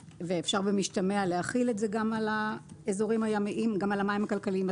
ואפשר במשתמע להחיל את זה גם על האזורים הימיים גם על המים הכלכליים,